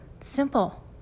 Simple